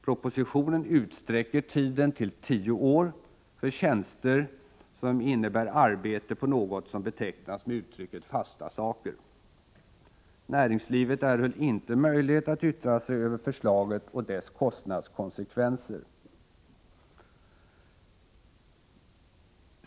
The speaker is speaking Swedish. Propositionen utsträcker tiden till tio år för tjänster som innebär arbete på något som betecknas med uttrycket fasta saker. Näringslivet erhöll inte möjlighet att yttra sig över förslaget a dess kostnadskonsekvenser.